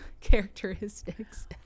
characteristics